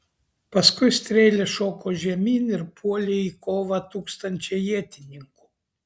paskui strėles šoko žemyn ir puolė į kovą tūkstančiai ietininkų